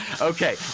Okay